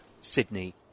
Sydney